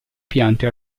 piante